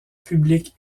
publique